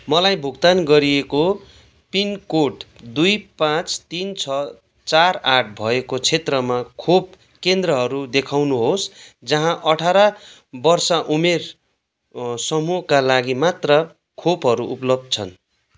मलाई भुक्तान गरिएको पिनकोड दुई पाँच तिन छ चार आठ भएको क्षेत्रमा खोप केन्द्रहरू देखाउनुहोस् जहाँ अठार वर्ष उमेर समूहका लागि मात्र खोपहरू उपलब्ध छन्